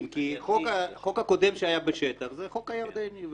כי החוק הקודם שהיה בשטח זה החוק הירדני,